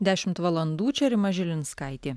dešimt valandų čia rima žilinskaitė